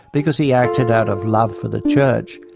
because he acted out of love for the church.